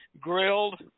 grilled